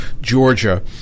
Georgia